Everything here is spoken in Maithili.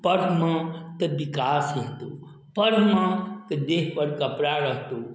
पढ़मे तऽ विकास हेतौ पढ़मे तऽ देहपर कपड़ा रहतौ